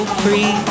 free